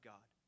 God